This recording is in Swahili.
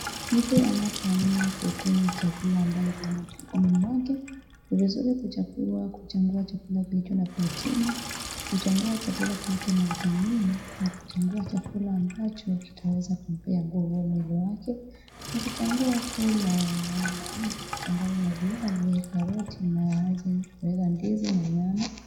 Mtu anapoamua kukula chakula ambacho kinamfaa kwa mwili wake, ni vizuri kuchagua chakula kilicho na protini, kuchagua chakula kilicho na vitamini, na kuchagua chakula ambacho kitaweza kumpea nguvu mwili wake. Akichagua kula mahindi yaliyochanganywa na viazi, karoti, na aweze kuweka ndizi na nyama.